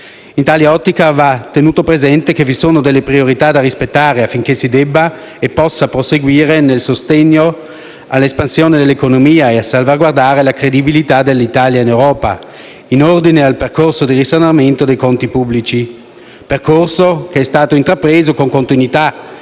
In tale ottica va tenuto presente che vi sono delle priorità da rispettare affinché si debba e possa proseguire nel sostegno all'espansione dell'economia e a salvaguardare la credibilità dell'Italia in Europa in ordine al percorso di risanamento dei conti pubblici. Si tratta di un percorso che è stato intrapreso con continuità